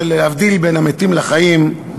להבדיל בין המתים לחיים,